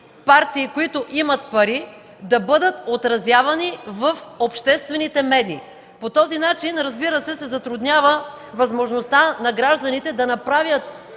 партии, които имат пари, да бъдат отразявани в обществените медии. По този начин, разбира се, се затруднява възможността на гражданите да направят